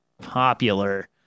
popular